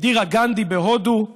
ואינדירה גנדי, בהודו.